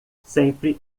sempre